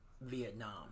Vietnam